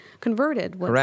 converted